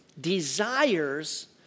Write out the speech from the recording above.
desires